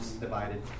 divided